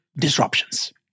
disruptions